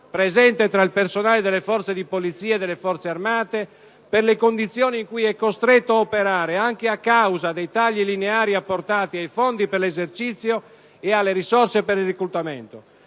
presente tra il personale delle forze di polizia e delle Forze armate per le condizioni in cui è costretto ad operare, anche a causa dei tagli lineari apportati ai fondi per l'esercizio e alle risorse per il reclutamento.